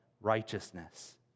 righteousness